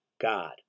God